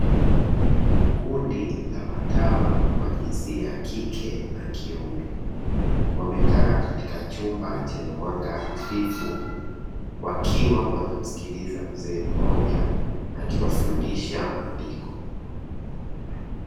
Kundi la watawa wa jinsia ya kike na kiume, wamekaa katika chumba chenye mwanga hafifu, wakiwa wanamsikiliza mzee mmoja akiwafundisha maandiko.